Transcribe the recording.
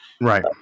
Right